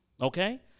okay